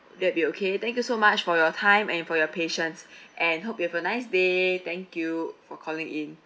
would that be okay thank you so much for your time and for your patience and hope you have a nice day thank you for calling in